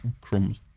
crumbs